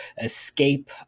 escape